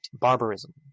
barbarism